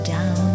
Down